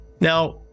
Now